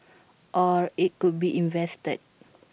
or IT could be invested